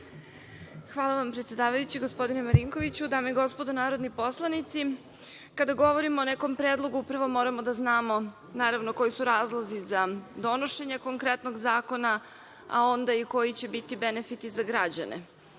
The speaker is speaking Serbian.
Hvala vam, predsedavajući gospodine Marinkoviću. Dame i gospodo narodni poslanici, kada govorimo o nekom predlogu, prvo moramo da znamo, naravno, koji su razlozi za donošenje konkretnog zakona, a onda i koji će biti benefiti za građane.